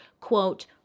quote